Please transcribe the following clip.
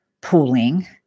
pooling